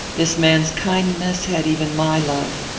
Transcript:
this man's kindness had even my love.